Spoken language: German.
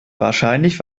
wahrscheinlich